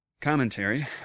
Commentary